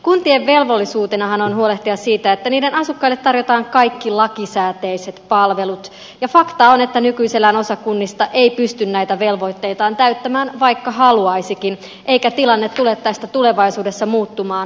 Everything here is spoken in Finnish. kuntien velvollisuutenahan on huolehtia siitä että niiden asukkaille tarjotaan kaikki lakisääteiset palvelut ja fakta on että nykyisellään osa kunnista ei pysty näitä velvoitteitaan täyttämään vaikka haluaisikin eikä tilanne tästä tulevaisuudessa muutu päinvastoin